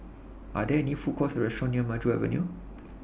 Are There any Food Courts Or restaurants near Maju Avenue